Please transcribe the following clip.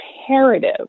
imperative